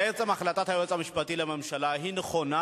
בעצם החלטת היועץ המשפטי לממשלה היא נכונה,